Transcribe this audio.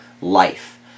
life